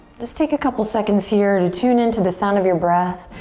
just take a couple of seconds here to tune into the sound of your breath.